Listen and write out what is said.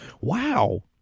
Wow